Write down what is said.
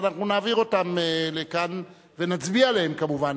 ואנחנו נעביר אותן לכאן ונצביע עליהן כמובן.